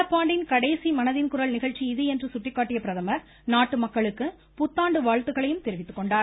நடப்பாண்டின் கடைசி மனதின் குரல் நிகழ்ச்சி இது என்று குட்டிக்காட்டிய பிரதமர் நாட்டு மக்களுக்கு புத்தாண்டு வாழ்த்துக்களையும் தெரிவித்துக்கொண்டார்